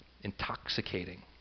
intoxicating